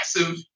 massive